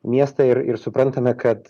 miestą ir ir suprantame kad